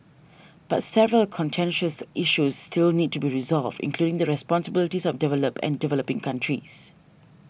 but several contentious issues still need to be resolved including the responsibilities of developed and developing countries